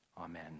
Amen